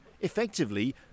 effectively